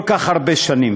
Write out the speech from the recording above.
כל כך הרבה שנים.